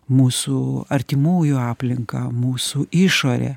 mūsų artimųjų aplinką mūsų išorę